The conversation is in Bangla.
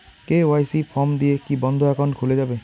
কে.ওয়াই.সি ফর্ম দিয়ে কি বন্ধ একাউন্ট খুলে যাবে?